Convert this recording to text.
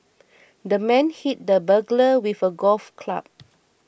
the man hit the burglar with a golf club